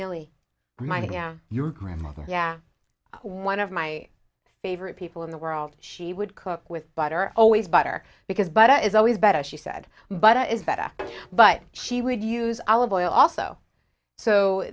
millie your grandmother yeah one of my favorite people in the world she would cook with butter always butter because but it is always better she said but it is better but she would use olive oil also so